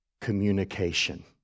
communication